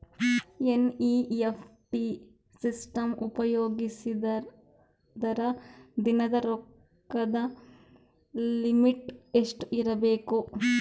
NEFT system ಉಪಯೋಗಿಸಿದರ ದಿನದ ರೊಕ್ಕದ ಲಿಮಿಟ್ ಎಷ್ಟ ಇರಬೇಕು?